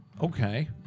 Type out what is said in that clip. Okay